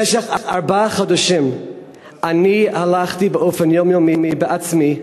במשך ארבעה חודשים אני הלכתי באופן יומיומי בעצמי,